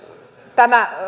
tämä